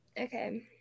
Okay